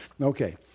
Okay